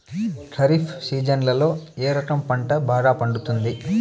ఖరీఫ్ సీజన్లలో ఏ రకం పంట బాగా పండుతుంది